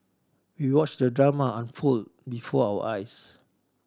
we watched the drama unfold before our eyes